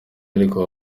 ariko